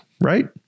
right